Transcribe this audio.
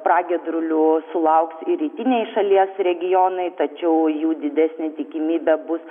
pragiedrulių sulauks ir rytiniai šalies regionai tačiau jų didesnė tikimybė bus